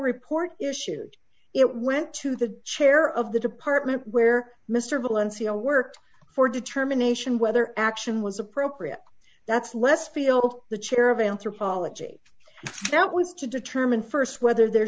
report issued it went to the chair of the department where mr valencia worked for determination whether action was appropriate that's less feel the chair of anthropology that was to determine st whether there